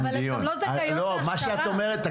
מה שאת אומרת,